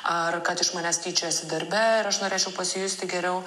ar kad iš manęs tyčiojasi darbe ir aš norėčiau pasijusti geriau